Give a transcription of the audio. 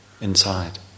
inside